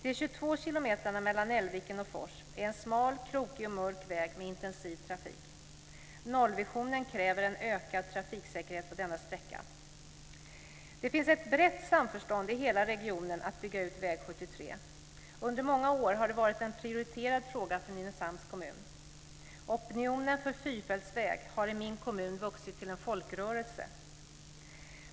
De 22 kilometrarna mellan Älgviken och Fors är en smal, krokig och mörk väg med intensiv trafik. Nollvisionen kräver en ökad trafiksäkerhet på denna sträcka. Det finns ett brett samförstånd i hela regionen om att bygga ut väg 73. Under många år har det varit en prioriterad fråga för Nynäshamns kommun. Opinionen för fyrfältsväg har i min kommun vuxit till en folkrörelse.